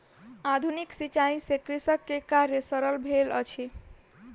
आधुनिक सिचाई से कृषक के कार्य सरल भेल अछि